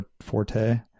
forte